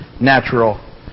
natural